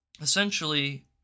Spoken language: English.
essentially